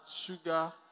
sugar